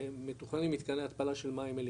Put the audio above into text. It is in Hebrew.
מתוכנן עם מתקני התפלה של מים מליחים,